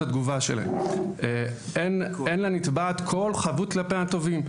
התגובה שלהם: "אין לנתבעת כל חבות כלפי התובעים.